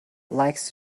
likes